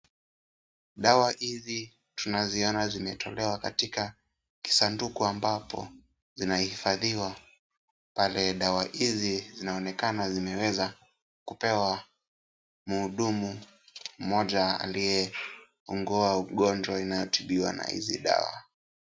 Dawa hizi tunaziona zimetolewa katika kisanduku ambapo zinahifadhiwa, pale dawa hizi zinaonekana zimeweza kupewa mhudumu mmoja aliyeugua ugonjwa unaotibiwa na hizi dawa.